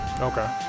okay